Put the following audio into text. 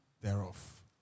thereof